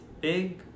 big